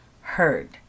heard